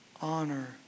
honor